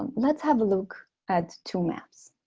um let's have a look at two maps